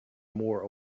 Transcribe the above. more